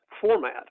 format